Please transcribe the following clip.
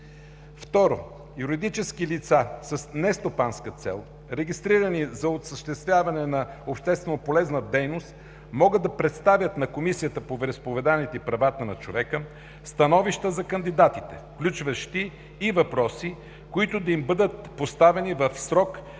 2. Юридически лица с нестопанска цел, регистрирани за осъществяване на общественополезна дейност, могат да представят на Комисията по вероизповеданията и правата на човека становища за кандидатите, включващи и въпроси, които да им бъдат поставени в срок не